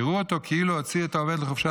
יראו אותו כאילו הוציא את העובד לחופשה